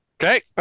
Okay